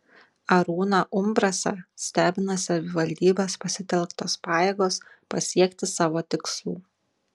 arūną umbrasą stebina savivaldybės pasitelktos pajėgos pasiekti savo tikslų